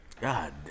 God